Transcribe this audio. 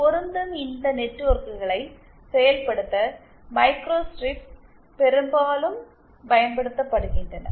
பொருந்தும் இந்த நெட்வொர்க்குகளை செயல்படுத்த மைக்ரோஸ்ட்ரிப்ஸ் பெரும்பாலும் பயன்படுத்தப்படுகின்றன